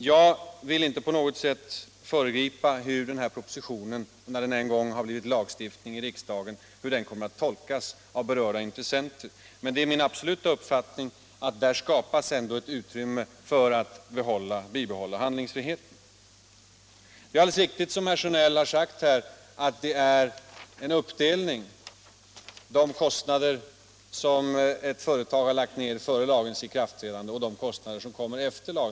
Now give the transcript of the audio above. Jag vill inte på något sätt föregripa hur den här = propositionen, när den en gång har blivit lag i riksdagen, kommer att = Anslag till kraftstatolkas av de berörda intressenterna. Men det är min absoluta uppfattning = tioner m.m. att där ändå kommer att skapas ett utrymme för bibehållande av handlingsfriheten. Det är alldeles riktigt som herr Sjönell sagt att det är fråga om en uppdelning mellan de kostnader som ett företag har lagt ned före lagens ikraftträdande och de som kommer efteråt.